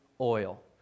oil